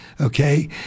okay